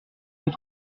peut